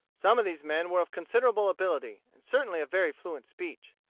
some of these men were of considerable ability, and certainly of very fluent speech.